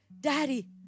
Daddy